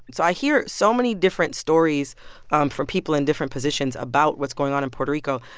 so i hear so many different stories um from people in different positions about what's going on in puerto rico.